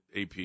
AP